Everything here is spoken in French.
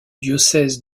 diocèse